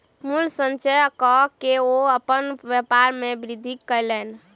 मूल्य संचय कअ के ओ अपन व्यापार में वृद्धि कयलैन